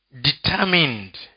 determined